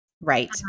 Right